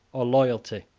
or loyalty.